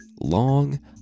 Long